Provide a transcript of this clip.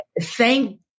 thank